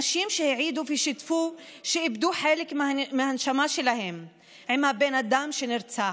נשים שהעידו ושיתפו שאיבדו חלק מהנשמה שלהן עם הבן אדם שנרצח.